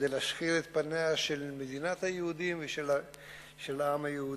להשחיר את פני מדינת היהודים והעם היהודי.